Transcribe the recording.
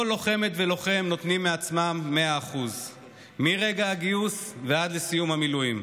כל לוחמת ולוחם נותנים מעצמם מאה אחוזים מרגע הגיוס ועד סיום המילואים.